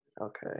Okay